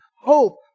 hope